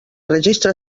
registre